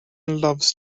loves